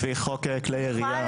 לפי חוק כלי ירייה.